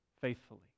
faithfully